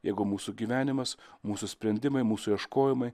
jeigu mūsų gyvenimas mūsų sprendimai mūsų ieškojimai